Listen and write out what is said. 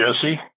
Jesse